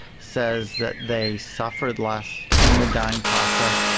says that they suffered less in the dying process,